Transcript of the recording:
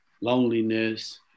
loneliness